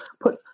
put